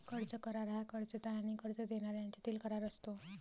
कर्ज करार हा कर्जदार आणि कर्ज देणारा यांच्यातील करार असतो